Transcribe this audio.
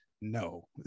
No